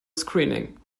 screening